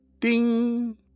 Ding